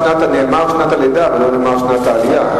נאמר שנת הלידה ולא שנת העלייה.